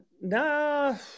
no